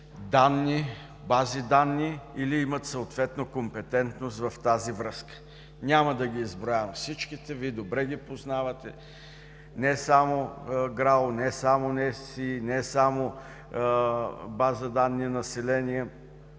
бази данни или имат съответно компетентност в тази връзка, няма да ги изброявам всичките, Вие добре ги познавате, не само ГРАО, не само НСИ, не само База данни „Население“